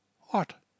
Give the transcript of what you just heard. What